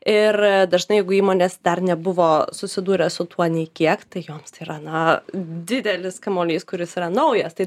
ir dažnai jeigu įmonės dar nebuvo susidūrę su tuo nei kiek tai joms tai yra na didelis kamuolys kuris yra naujas tai